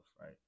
right